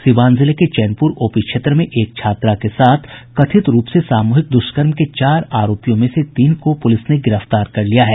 सीवान जिले के चैनपुर ओपी क्षेत्र में एक छात्रा के साथ कथित सामूहिक द्रष्कर्म के चार आरोपियों में से तीन को पूलिस ने गिरफ्तार कर लिया है